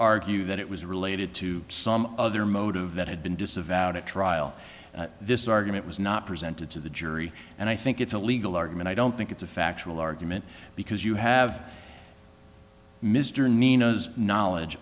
argue that it was related to some other motive that had been disavowed at trial this argument was not presented to the jury and i think it's a legal argument i don't think it's a factual argument because you have mr nina's knowledge